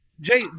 Jay